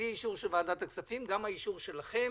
בלי אישור של ועדת הכספים, גם האישור שלכם